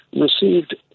received